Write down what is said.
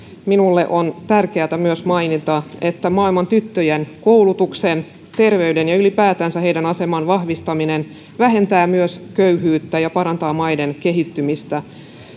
minulle on tärkeätä myös mainita että maailman tyttöjen koulutuksen terveyden ja ylipäätänsä heidän asemansa vahvistaminen vähentää myös köyhyyttä ja parantaa maiden kehittymistä